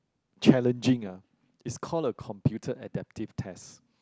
challenging ah it's called a computer adaptive test